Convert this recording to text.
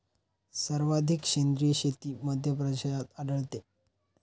सर्वाधिक सेंद्रिय शेती मध्यप्रदेशात आढळते